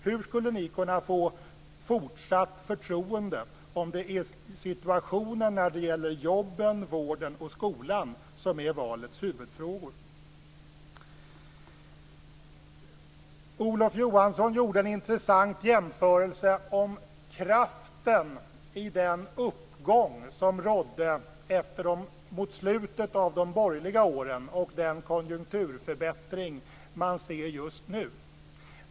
Hur skulle ni kunna få fortsatt förtroende om det är situationen när det gäller jobben, vården och skolan som blir valets huvudfrågor? Olof Johansson gjorde en intressant jämförelse om kraften i den uppgång som rådde mot slutet av de borgerliga åren och den konjunkturförbättring som man ser just nu.